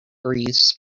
breathes